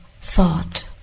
thought